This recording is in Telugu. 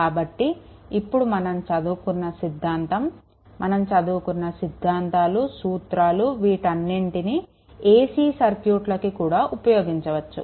కాబట్టి ఇప్పుడు మనం చదువుకున్న సిద్ధాంతం మనం చదువుకున్న సిద్ధాంతాలు సూత్రాలు వీటన్నింటినీ AC సర్క్యూట్లకి కూడా ఉపయోగించవచ్చు